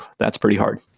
that's pretty hard